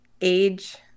age